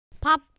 Pop